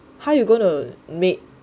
how you going to make